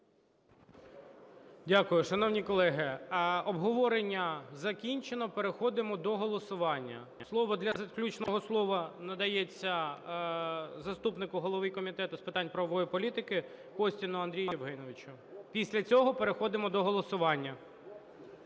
Дякую. Шановні колеги, обговорення закінчено, переходимо до голосування. Слово для заключного слова надається заступнику голови Комітету з питань правової політику Костіну Андрію Євгеновичу. Після цього переходимо до голосування.